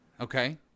Okay